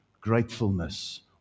Gratefulness